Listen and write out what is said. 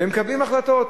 והם מקבלים החלטות.